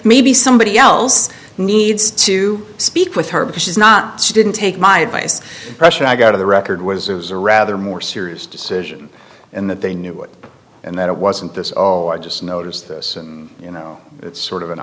maybe somebody else needs to speak with her because she's not she didn't take my advice pressure i got of the record was a rather more serious decision and that they knew it and that it wasn't this all i just noticed this you know it's sort of an